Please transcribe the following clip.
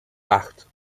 acht